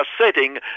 setting